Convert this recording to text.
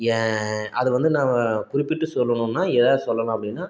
ஏ அது வந்து நாம் குறிப்பிட்டு சொல்லணும்னா எதை சொல்லலாம் அப்படின்னா